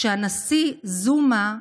כשהנשיא הדרום אפריקאי זומה,